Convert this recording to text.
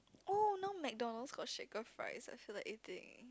oh now McDonald got shaker fries I feel like eating